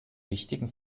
wichtigen